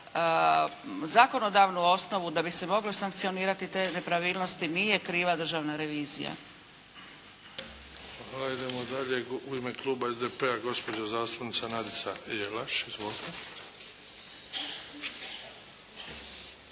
zakonodavnu osnovu da bi se moglo sankcionirati te nepravilnosti. Nije kriva državna revizija.